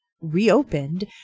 reopened